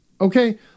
Okay